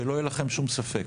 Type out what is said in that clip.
שלא יהיה לכם שום ספק,